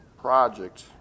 Project